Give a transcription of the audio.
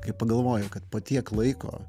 kai pagalvoji kad po tiek laiko